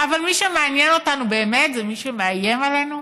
אבל מי שמעניין אותנו באמת זה מי שמאיים עלינו,